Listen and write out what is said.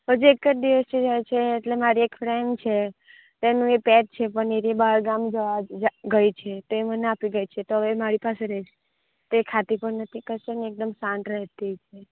હજી એક દિવસ થયો છે એટલે મારી એક ફ્રેન્ડ છે તેનું એ પેટ છે પણ એ રહી બહારગામ જવા ગ ગઈ છે તે મને આપી ગઈ છે તો હવે મારી પાસે રહે છે તે ખાતી પણ નથી કશું પણ નહીં એકદમ શાંત રહેતી છે